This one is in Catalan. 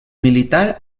militar